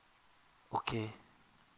okay